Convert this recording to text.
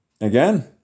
again